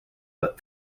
but